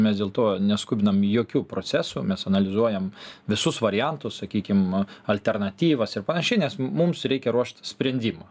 mes dėl to neskubinam jokių procesų mes analizuojam visus variantus sakykim alternatyvas ir panašiai nes mums reikia ruošt sprendimą